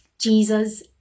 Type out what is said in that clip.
Jesus